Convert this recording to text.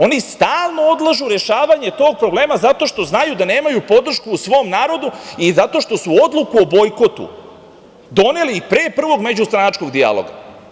Oni stalno odlažu rešavanje tog problema zato što znaju da nemaju podršku u svom narodu i zato što su odluku o bojkotu doneli i pre prvog međustranačkog dijaloga.